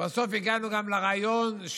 בסוף הגענו גם לרעיון: